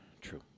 True